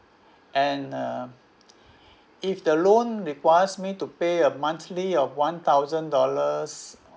and uh if the loan requires me to pay a monthly of one thousand dollars